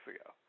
ago